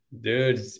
dude